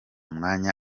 mwanya